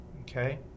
Okay